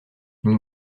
une